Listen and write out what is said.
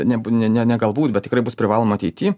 ne b ne ne galbūt bet tikrai bus privaloma ateitį